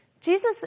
Jesus